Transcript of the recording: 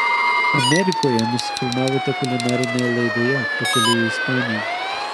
amerikoje nusifilmavote kulinarinėje laidoje pakeliui į ispaniją